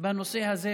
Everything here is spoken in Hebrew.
בנושא הזה.